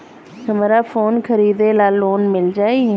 हमरा फोन खरीदे ला लोन मिल जायी?